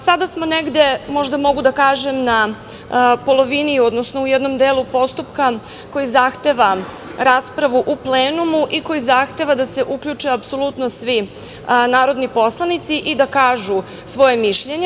Sada smo negde, možda mogu da kažem, na polovini, odnosno u jednom delu postupka koji zahteva raspravu u plenumu i koji zahteva da se uključe apsolutno svi narodni poslanici i da kažu svoje mišljenje.